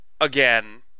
again